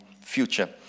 future